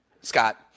Scott